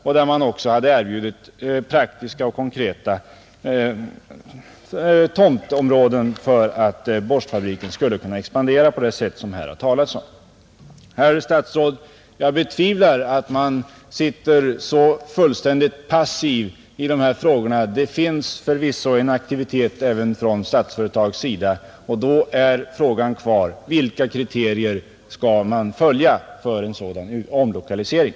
Det framlades också praktiska och konkreta förslag med erbjudanden om tomtområden för att borstfabriken skulle kunna expandera på det sätt som det här har talats om. Jag betvivlar, herr statsråd, att man sitter så fullständigt passiv i dessa frågor. Det finns förvisso en aktivitet även från Statsföretags sida. Och då kvarstår frågan: Vilka kriterier skall man följa för en sådan omlokalisering?